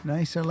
Nice